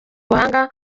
ubuhanga